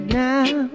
now